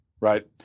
right